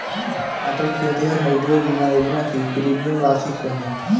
अटल खेतिहर मजदूर बीमा योजना की प्रीमियम राशि क्या है?